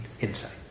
insight